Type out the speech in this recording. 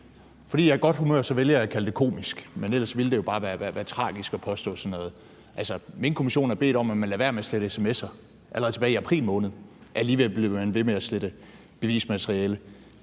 Fordi jeg er i godt humør, vælger jeg at kalde det komisk, men ellers ville det jo bare være tragisk at påstå sådan noget. Altså, men Minkkommissionen har bedt om, at man lader være med at slette sms'er, allerede tilbage i april måned – alligevel bliver man ved med at slette bevismateriale.